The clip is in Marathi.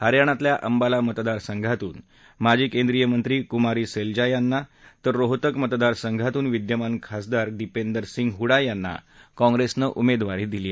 हरयाणातल्या अंबाला मतदार संघातून माजी केंद्रीय मंत्री कुमारी सेलजा यांना तर रोहतक मतदार संघातून विद्यमान खासदार दीपेंदर सिंग हुडा यांना काँग्रेसनं उमेदवारी दिली आहे